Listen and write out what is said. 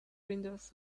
windows